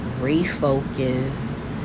Refocus